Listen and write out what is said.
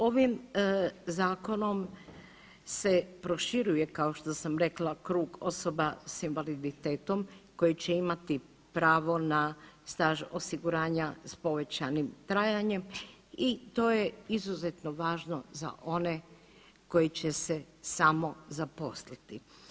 Ovim zakonom se proširuje kao što sam rekla krug osoba sa invaliditetom koji će imati pravo na staž osiguranja sa povećanim trajanjem i to je izuzetno važno za one koji će se samo zaposliti.